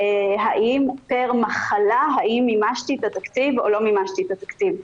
האם פר מחלה מימשתי את התקציב או לא מימשתי את התקציב.